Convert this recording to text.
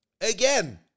again